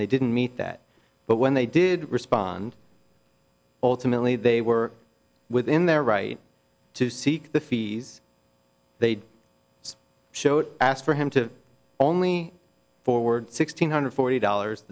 and they didn't meet that but when they did respond ultimately they were within their right to seek the fees they showed asked for him to only forward six hundred forty dollars